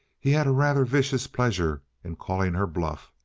he had a rather vicious pleasure in calling her bluff,